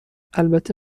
البته